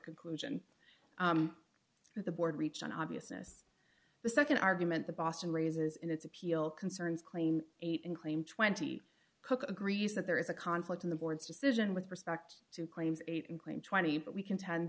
conclusion that the board reached on obviousness the nd argument the boston raises in its appeal concerns claim eight and claim twenty cook agrees that there is a conflict in the board's decision with respect to claims eight and claim twenty but we contend